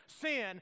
sin